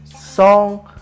song